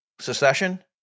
secession